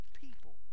people